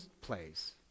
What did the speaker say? place